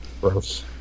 Gross